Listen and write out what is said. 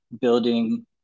building